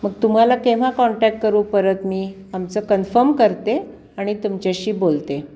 मग तुम्हाला केव्हा कॉन्टॅक्ट करू परत मी आमचं कन्फम करते आणि तुमच्याशी बोलते